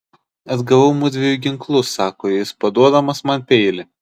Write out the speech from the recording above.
atgavau mudviejų ginklus sako jis paduodamas man peilį